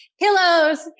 Pillows